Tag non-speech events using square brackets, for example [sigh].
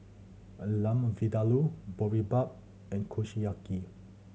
[unintelligible] Lamb Vindaloo Boribap and Kushiyaki